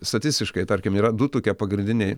statistiškai tarkim yra du tokie pagrindiniai